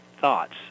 thoughts